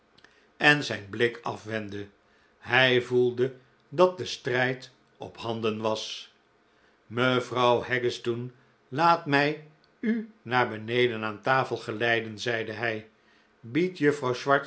en zijn blik afwendde hij voelde dat de strijd op handen was mevrouw haggistoun laat mij u naar beneden aan tafel geleiden zeide hij bied juffrouw